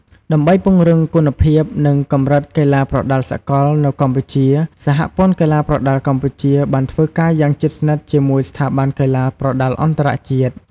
ដើម្បីពង្រឹងគុណភាព និងកម្រិតកីឡាប្រដាល់សកលនៅកម្ពុជា សហព័ន្ធកីឡាប្រដាល់កម្ពុជា បានធ្វើការយ៉ាងជិតស្និទ្ធជាមួយស្ថាប័នកីឡាប្រដាល់អន្តរជាតិ។